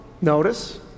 Notice